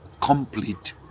complete